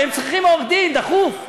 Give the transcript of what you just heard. הרי הם צריכים עורך-דין דחוף.